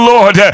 Lord